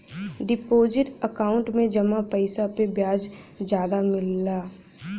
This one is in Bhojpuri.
डिपोजिट अकांउट में जमा पइसा पे ब्याज जादा मिलला